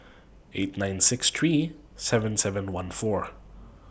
eight nine six three seven seven one four